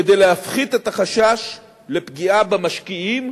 כדי להפחית את החשש לפגיעה במשקיעים,